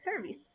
service